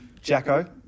Jacko